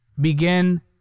begin